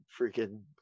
freaking